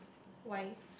why